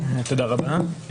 תודה רבה.